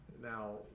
Now